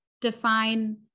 define